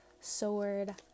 Sword